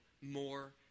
more